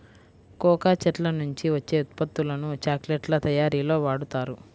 cocoa చెట్ల నుంచి వచ్చే ఉత్పత్తులను చాక్లెట్ల తయారీలో వాడుతారు